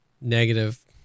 Negative